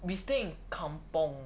we stay in kampung